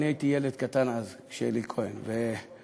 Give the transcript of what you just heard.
הייתי ילד קטן אז כשאלי כהן נתפס,